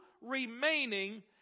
remaining